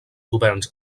governs